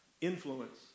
Influence